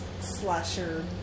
slasher